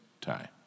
time